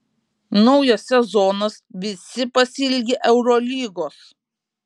naujas sezonas visi pasiilgę eurolygos